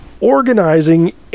organizing